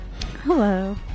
Hello